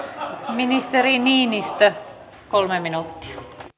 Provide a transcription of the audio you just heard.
ministeri niinistö kolme minuuttia